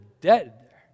dead